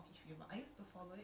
ya so